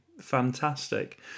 fantastic